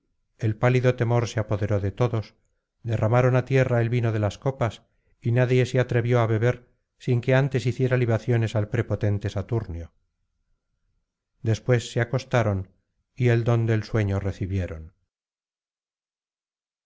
el pálido temor se apoderó de todos derramaron á tierra el vino de las copas y nadie se atrevió á beber sin que antes hiciera libaciones al prepotente saturnio después se acostaron y el don del sueño recibieron